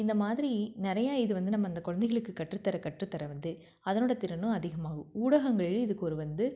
இந்த மாதிரி நிறையா இது வந்து நம்ம இந்தக் குழந்தைகளுக்கு கற்றுத்தர கற்றுத்தர வந்து அதனோடய திறனும் அதிகமாகும் ஊடகங்கள் இதுக்கொரு வந்து